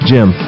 Jim